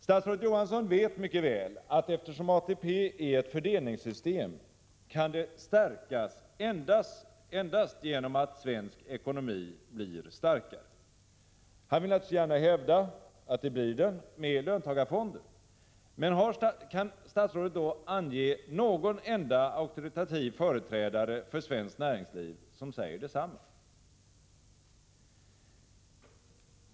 Statsrådet Johansson vet mycket väl att eftersom ATP är ett fördelningssystem, kan det stärkas endast genom att svensk ekonomi blir starkare. Han vill naturligtvis gärna hävda att den blir det med löntagarfonder. Men kan statsrådet ange någon enda auktoritativ företrädare för svenskt näringsliv som säger detsamma?